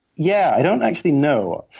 yeah, i don't actually know.